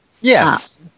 Yes